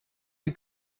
you